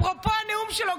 אפרופו הנאום שלו,